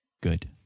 Good